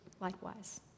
likewise